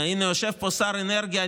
הינה, יושב פה שר האנרגיה.